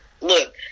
look